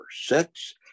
six